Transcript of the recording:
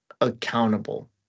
accountable